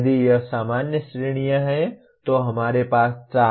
यदि यह सामान्य श्रेणियां हैं तो हमारे पास 4 हैं